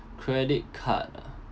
credit card ah